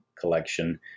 collection